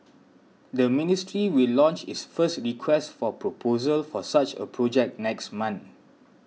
the ministry will launch its first Request for Proposal for such a project next month